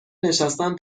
نشستن